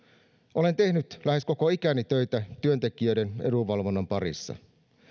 olen tehnyt lähes koko ikäni töitä työntekijöiden edunvalvonnan parissa